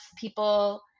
people